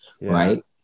right